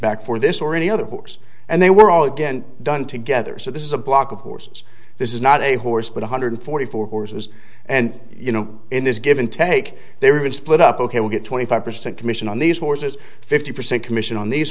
back for this or any other books and they were all again done together so this is a block of horses this is not a horse but one hundred forty four horses and you know in this given take they would split up ok we get twenty five percent commission on these horses fifty percent commission on these